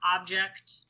object